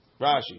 Rashi